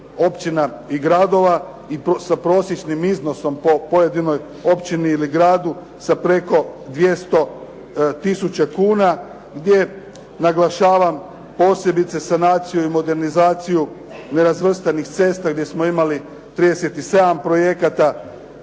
i gradova sa prosječnim iznosom po pojedinoj općini ili gradu sa preko 200000 kuna gdje naglašavam posebice sanaciju i modernizaciju nerazvrstanih cesta gdje smo imali 37 projekata